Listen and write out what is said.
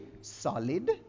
solid